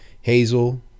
hazel